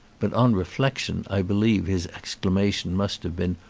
but on reflection i believe his exclamation must have been,